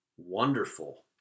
wonderful